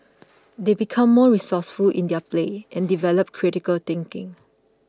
they become more resourceful in their play and develop critical thinking